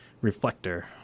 reflector